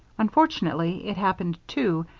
unfortunately it happened, too,